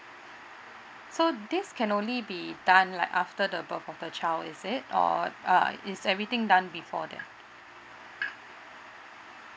so this can only be done like after the birth of the child is it or uh is everything done before that